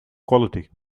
quality